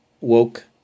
woke